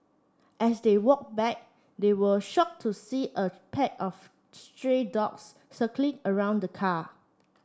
as they walked back they were shocked to see a pack of stray dogs circling around the car